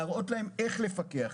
להראות להן איך לפקח,